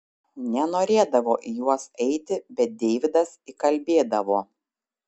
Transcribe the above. nenorėdavo į juos eiti bet deividas įkalbėdavo